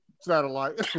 satellite